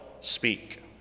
speak